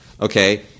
Okay